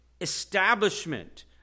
establishment